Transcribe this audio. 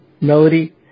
Melody